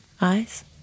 eyes